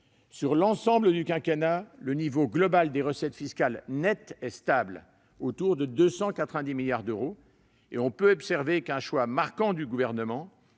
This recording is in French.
Sur l'ensemble du quinquennat, le niveau global des recettes fiscales nettes est stable, autour de 290 milliards d'euros, et on peut observer un choix marquant du Gouvernement